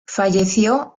falleció